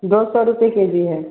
दो सौ रुपये के जी है